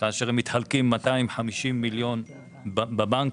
כאשר הם מתחלקים כך: 250 מיליון ₪ בבנקים,